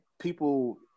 people